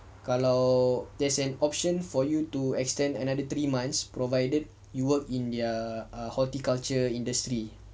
kalau there's an option for you to extend another three months provided you work in their horticulture industry